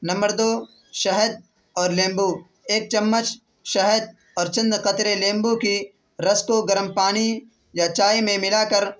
number دو شہد اور لیمبو ایک چمچ شہد اور چند قطرے لیمبو کی رس کو گرم پانی یا چائے میں ملا کر